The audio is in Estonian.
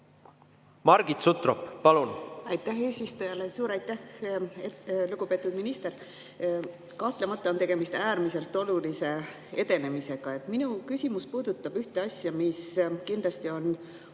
Margit Sutrop, palun!